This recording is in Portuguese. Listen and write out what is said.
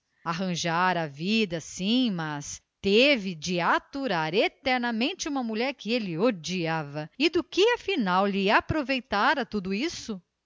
arranjara a vida sim mas teve de aturar eternamente uma mulher que ele odiava e do que afinal lhe aproveitar tudo isso